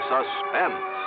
Suspense